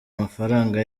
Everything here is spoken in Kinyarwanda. amafaranga